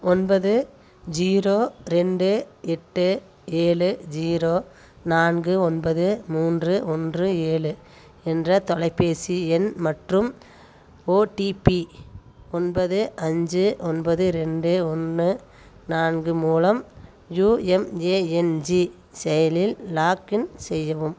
ஒன்பது ஜீரோ ரெண்டு எட்டு ஏழு ஜீரோ நான்கு ஒன்பது மூன்று ஒன்று ஏழு என்ற தொலைபேசி எண் மற்றும் ஓடிபி ஒன்பது அஞ்சு ஒன்பது ரெண்டு ஒன்று நான்கு மூலம் யுஎம்ஏஎன்ஜி செயலியில் லாக்இன் செய்யவும்